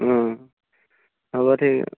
হ'ব ঠিক